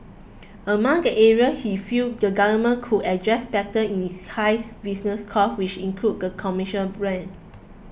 among the area he feel the government could address better is high business costs which include commercial rents